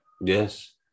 yes